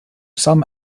some